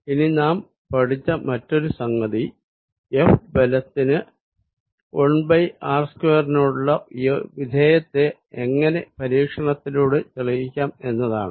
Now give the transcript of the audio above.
ഇനി നാം പഠിച്ച മറ്റൊരു സംഗതി F ബലത്തിന് 1r2 നോടുള്ള വിധേയത്വത്തെ എങ്ങിനെ പരീക്ഷണത്തിലൂടെ തെളിയിക്കാം എന്നതാണ്